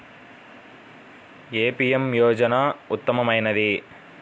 ఏ PM యోజన ఉత్తమమైనది?